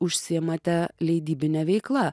užsiimate leidybine veikla